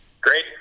Great